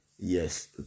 Yes